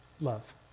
love